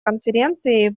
конференции